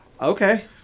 Okay